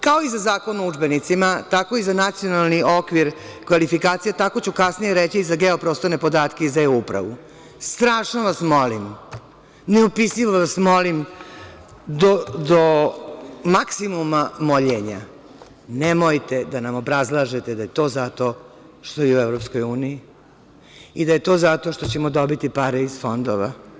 Kao i za Zakon o udžbenicima, tako i za nacionalni okvir kvalifikacija, tako ću kasnije reći i za geoprostorne podatke i za E upravu, strašno vas molim, neopisivo vas molim do maksimuma moljenja nemojte da obrazlažete da je to zato što je i u EU i da je to zato što ćemo dobiti pare iz fondova.